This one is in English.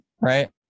Right